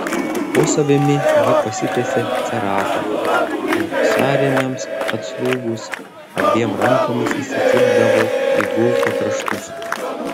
po savimi ji pasitiesė ceratą o sąrėmiams atslūgus abiem rankomis įsikibdavo į gulto kraštus